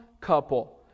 couple